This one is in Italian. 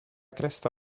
cresta